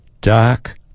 dark